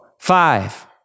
five